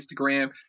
Instagram